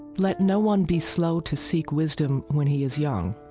let no one be slow to seek wisdom when he is young,